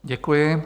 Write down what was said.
Děkuji.